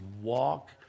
walk